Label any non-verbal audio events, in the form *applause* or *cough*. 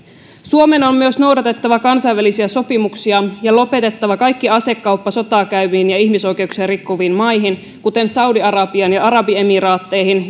suomen on myös noudatettava kansainvälisiä sopimuksia ja lopetettava kaikki asekauppa sotaa käyviin ja ihmisoikeuksia rikkoviin maihin kuten saudi arabiaan ja arabiemiraatteihin *unintelligible*